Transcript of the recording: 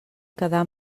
quedar